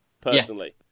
personally